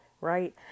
right